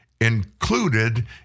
included